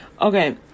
Okay